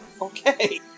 okay